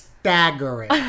Staggering